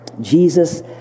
Jesus